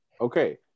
okay